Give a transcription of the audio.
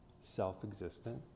self-existent